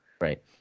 right